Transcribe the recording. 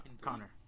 Connor